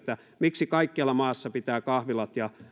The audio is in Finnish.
miksi kaikkialla maassa pitää kahvilat ja